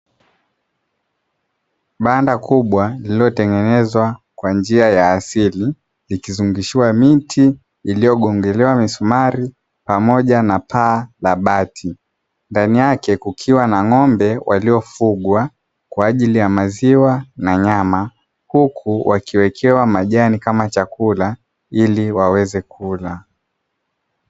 Banda kubwa lililotengenezwa kwa njia ya asili, likizungushiwa miti iliyogongelewa misumari pamoja na paa la bati, ndani yake kukiwa na ng'ombe waliofugwa kwa ajili ya maziwa na nyama, huku wakiwekewa majani kama chakula ili waweze kula.